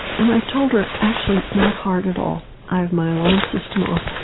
and i told her, actually, it's not hard at all. i have my alarm system off,